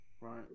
right